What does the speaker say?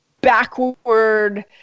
backward